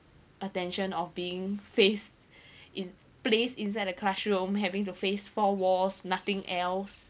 attention of being faced in place inside a classroom having to face four walls nothing else